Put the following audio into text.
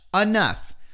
enough